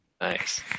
Nice